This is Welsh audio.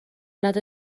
nad